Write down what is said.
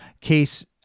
case